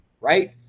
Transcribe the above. Right